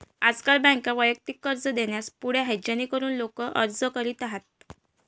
आजकाल बँका वैयक्तिक कर्ज देण्यास पुढे आहेत जेणेकरून लोक अर्ज करीत आहेत